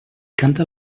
canta